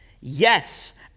Yes